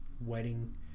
wedding